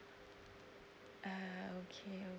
ah okay